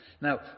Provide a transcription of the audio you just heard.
Now